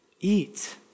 eat